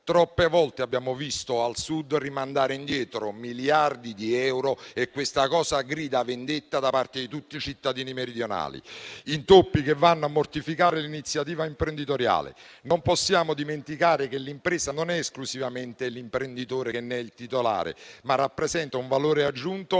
Troppe volte al Sud abbiamo visto rimandare indietro miliardi di euro e questa cosa grida vendetta da parte di tutti i cittadini meridionali; intoppi che vanno a mortificare l'iniziativa imprenditoriale. Non possiamo dimenticare che l'impresa non è esclusivamente l'imprenditore che ne è il titolare, ma rappresenta un valore aggiunto,